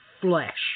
flesh